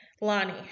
Lonnie